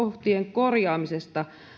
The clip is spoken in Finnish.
korjaamiseksi